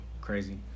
crazy